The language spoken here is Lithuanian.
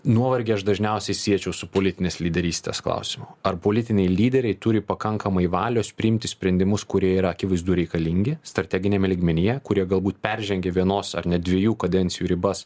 nuovargį aš dažniausiai siečiau su politinės lyderystės klausimu ar politiniai lyderiai turi pakankamai valios priimti sprendimus kurie yra akivaizdu reikalingi strateginiame lygmenyje kurie galbūt peržengia vienos ar net dviejų kadencijų ribas